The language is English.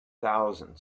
thousand